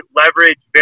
leverage